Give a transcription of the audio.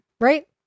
Right